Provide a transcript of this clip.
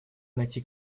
найти